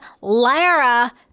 Lara